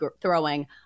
throwing